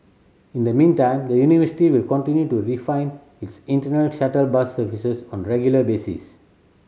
in the meantime the university will continue to refine its internal shuttle bus services on regular basis